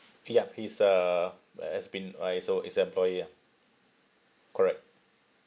yup he's uh has been uh also is employee ya correct